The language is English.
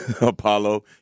Apollo